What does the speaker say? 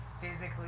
physically